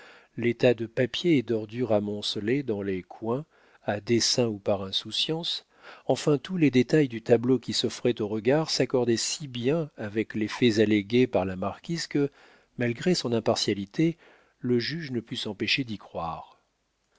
tas de papiers et d'ordures amoncelés dans les coins à dessein ou par insouciance enfin tous les détails du tableau qui s'offrait aux regards s'accordaient si bien avec les faits allégués par la marquise que malgré son impartialité le juge ne put s'empêcher d'y croire